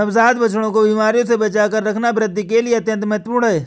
नवजात बछड़ों को बीमारियों से बचाकर रखना वृद्धि के लिए अत्यंत महत्वपूर्ण है